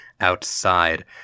outside